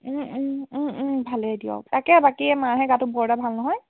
ভালেই দিয়ক তাকে বাকী মাৰহে গাটো বৰ এটা ভাল নহয়